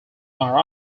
are